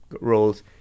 roles